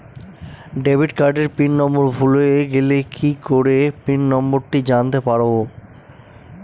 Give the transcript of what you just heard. Debit কার্ডের PIN number ভুলে গেলে কি করে পিন নম্বরটি জানতে পারবো?